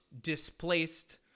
displaced